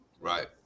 right